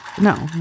No